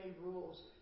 rules